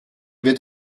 wird